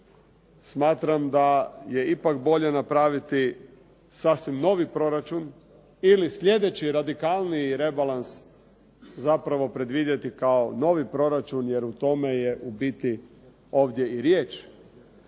Smatram da je ipak bolje napraviti sasvim novi proračun ili sljedeći radikalniji rebalans zapravo predvidjeti kao novi proračun jer u tome je u biti ovdje i riječ.